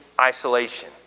isolation